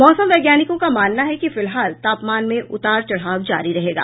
मौसम वैज्ञानिकों का मानना है कि फिलहाल तापमान में उतार चढ़ाव जारी रहेगा